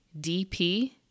DP